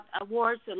awards